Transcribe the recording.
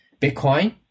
Bitcoin